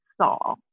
saw